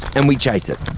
and we chase it.